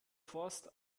forst